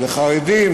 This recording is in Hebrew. זה חרדים,